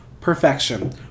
perfection